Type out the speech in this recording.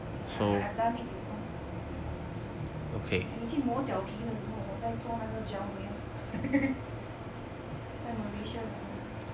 ya ya I I have done it before 你去磨脚皮的时候我在做那个 gel nails 在 malaysia 的时候